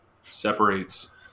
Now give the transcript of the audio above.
separates